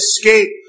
escape